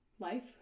Life